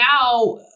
now